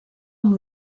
amb